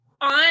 on